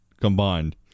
Combined